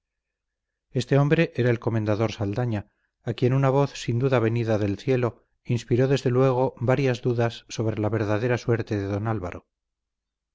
este hombre era el comendador saldaña a quien una voz sin duda venida del cielo inspiró desde luego varias dudas sobre la verdadera suerte de don álvaro